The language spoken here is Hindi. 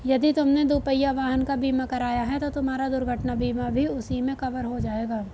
यदि तुमने दुपहिया वाहन का बीमा कराया है तो तुम्हारा दुर्घटना बीमा भी उसी में कवर हो जाएगा